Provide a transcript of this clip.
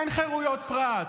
אין חירויות פרט,